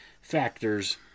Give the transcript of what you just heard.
factors